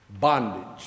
Bondage